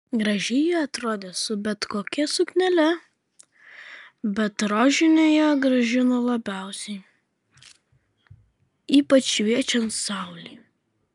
gražiai ji atrodė su bet kokia suknele bet rožinė ją gražino labiausiai ypač šviečiant saulei